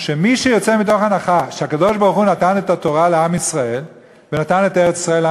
שמי שיוצא מתוך הנחה שהקדוש-ברוך-הוא נתן את התורה לעם ישראל,